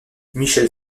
michel